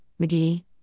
McGee